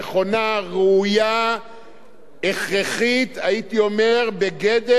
הכרחית, הייתי אומר בגדר אולי מוצא אחרון.